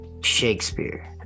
shakespeare